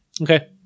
Okay